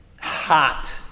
Hot